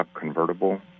convertible